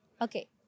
Okay